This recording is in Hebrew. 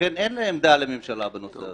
- לכן אין עמדה לממשלה בנושא הזה.